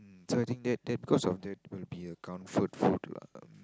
I think that that because of that will be account food food lah